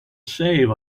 save